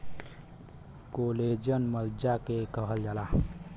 collagen मज्जा के कहल जाला